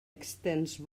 extens